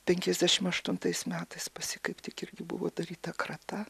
penkiasdešimt aštuntais metais pas jį kaip tik irgi buvo daryta krata